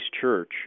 Church